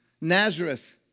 Nazareth